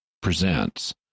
Presents